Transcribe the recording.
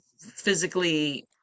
physically